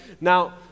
Now